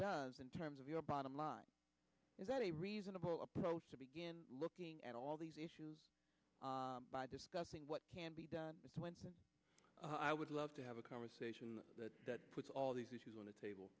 does in terms of your bottom line is that a reasonable approach to begin looking at all these issues by discussing what can be done twenty i would love to have a conversation that was all these issues on the table